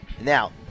Now